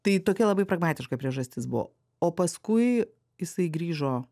tai tokia labai pragmatiška priežastis buvo o paskui jisai grįžo